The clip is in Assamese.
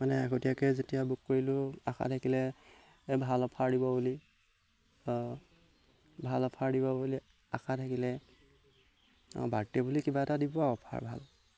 মানে আগতীয়াকে যেতিয়া বুক কৰিলোঁ আশা থাকিলে ভাল অফাৰ দিব বুলি বা ভাল অফাৰ দিব বুলি আশা থাকিলে অঁ বাৰ্থডে' বুলি কিবা এটা দিব আৰু অফাৰ ভাল